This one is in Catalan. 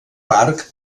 parc